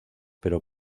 pero